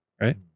Right